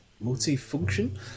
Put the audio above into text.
multi-function